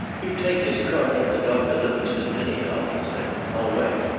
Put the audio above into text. you take this card up to doctor livingstone, anyhow, he said. i'll wait.